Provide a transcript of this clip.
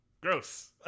Gross